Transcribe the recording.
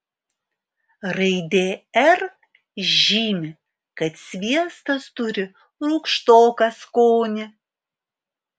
raidė r žymi kad sviestas turi rūgštoką skonį